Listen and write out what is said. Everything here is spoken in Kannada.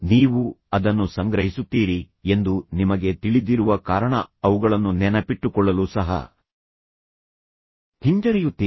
ನೀವು ಅದನ್ನು ಸಂಗ್ರಹಿಸುತ್ತೀರಿ ಎಂದು ನಿಮಗೆ ತಿಳಿದಿರುವ ಕಾರಣ ಅವುಗಳನ್ನು ನೆನಪಿಟ್ಟುಕೊಳ್ಳಲು ಸಹ ಹಿಂಜರಿಯುತ್ತೀರಿ